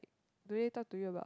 do they talk to you about